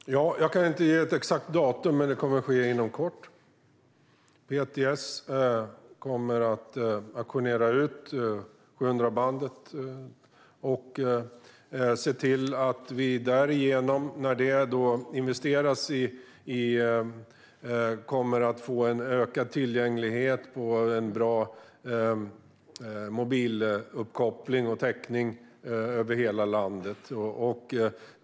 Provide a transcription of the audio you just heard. Fru talman! Jag kan inte ge ett exakt datum, men det kommer att ske inom kort. PTS kommer att auktionera ut 700-megahertzbandet och se till att vi därigenom kommer att få en ökad tillgänglighet och en bra mobiluppkoppling och mobiltäckning över hela landet.